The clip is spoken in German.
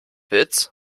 witz